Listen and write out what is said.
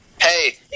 Hey